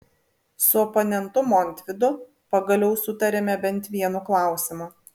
su oponentu montvydu pagaliau sutarėme bent vienu klausimu